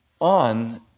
on